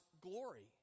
glory